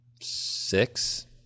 six